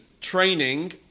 training